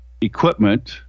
Equipment